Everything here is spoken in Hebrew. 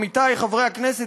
עמיתי חברי הכנסת,